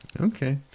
Okay